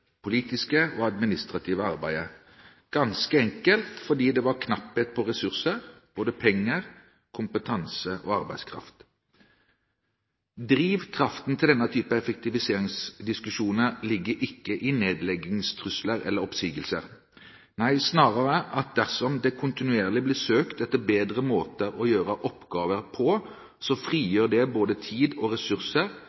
politiske og det administrative arbeidet, ganske enkelt fordi det var knapphet på ressurser – både penger, kompetanse og arbeidskraft. Drivkraften til denne typen effektiviseringsdiskusjoner ligger ikke i nedleggingstrusler eller oppsigelser, nei, snarere er det slik at dersom det kontinuerlig blir søkt etter bedre måter å gjøre oppgaver på,